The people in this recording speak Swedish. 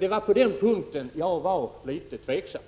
Det var på den punkten som jag var litet tveksam.